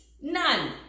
none